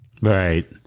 Right